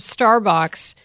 Starbucks